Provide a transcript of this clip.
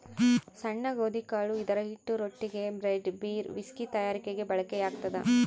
ಸಣ್ಣ ಗೋಧಿಕಾಳು ಇದರಹಿಟ್ಟು ರೊಟ್ಟಿಗೆ, ಬ್ರೆಡ್, ಬೀರ್, ವಿಸ್ಕಿ ತಯಾರಿಕೆಗೆ ಬಳಕೆಯಾಗ್ತದ